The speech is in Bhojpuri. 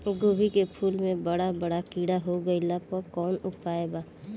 गोभी के फूल मे बड़ा बड़ा कीड़ा हो गइलबा कवन उपाय बा?